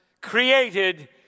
created